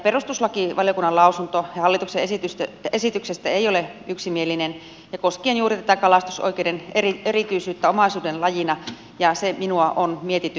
perustuslakivaliokunnan lausunto hallituksen esityksestä ei ole yksimielinen koskien juuri tätä kalastusoikeuden erityisyyttä omaisuuden lajina ja se minua on mietityttänyt